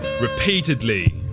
repeatedly